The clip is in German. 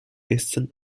essen